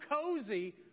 cozy